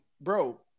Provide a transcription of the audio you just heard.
bro